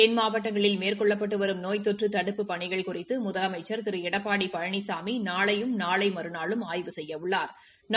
தென்மாவட்டங்களில் மேற்கொள்ளப்பட்டு வரும் நோய் தொற்று தடுப்புப் பணிகள் குறித்து முதலமைச்சா் திரு எடப்பாடி பழனிசாமி நாளையும் நாளை மறுநாளும் ஆய்வு செய்யவுள்ளாா்